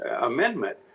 Amendment